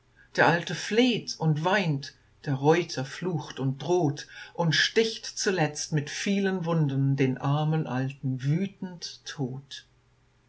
der alte fleht und weint der reuter flucht und droht und sticht zuletzt mit vielen wunden den armen alten wütend tot